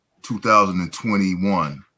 2021